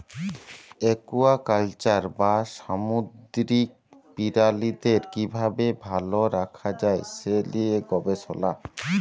aquaculture বা সামুদ্দিরিক পিরালিদের কিভাবে ভাল রাখা যায় সে লিয়ে গবেসলা